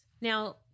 Now